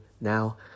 now